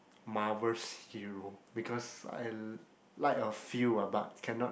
marvels hero because I like a few ah but cannot